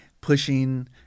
pushing